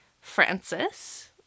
Francis